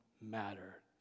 matter